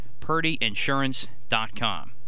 PurdyInsurance.com